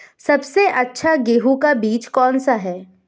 सबसे अच्छा गेहूँ का बीज कौन सा है?